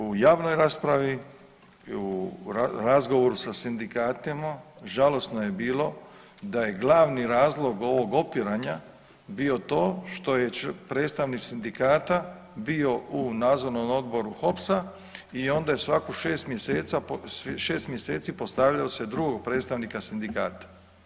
U javnoj raspravi, u razgovoru sa sindikatima žalosno je bilo da je glavni razlog ovog opiranja bio to što je predstavnik sindikata bio u nadzornom odboru HOPS-a i onda je svako 6 mjeseci postavljalo se drugog predstavnika sindikata.